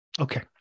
Okay